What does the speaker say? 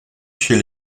chez